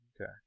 Okay